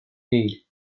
değil